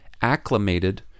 acclimated